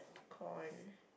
corn